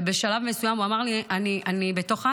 ובשלב מסוים הוא אמר לי: אני בתוך עזה,